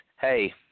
hey